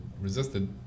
resisted